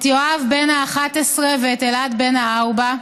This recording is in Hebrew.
את יואב בן ה-11 ואת אלעד בן הארבע.